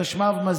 התשמ"ב,